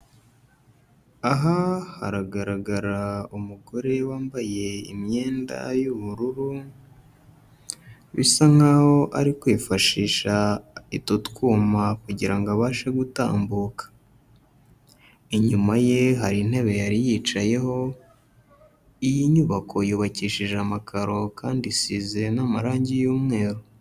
Aha haragaragara umugore wambaye imyenda y'ubururu, bisa nkaho ari kwifashisha utu twuma kugira ngo abashe gutambuka, inyuma ye hari intebe yari yicayeho iyi nyubako yubakishije amakaro kandi isizeye n'amarangi y'umweru.